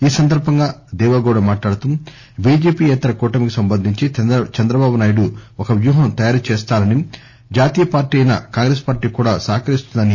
ఈ సందర్బంగా దేపెగౌడ మాట్లాడుతూ బీజేపీయేతర కూటమికి సంబంధించి చంద్రబాబునాయుడు ఒక వ్యూహం తయారు చేస్తారని జాతీయ పార్టీ అయిన కాంగ్రెస్ పార్టీ కూడా సహకరిస్తుందన్నారు